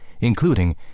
including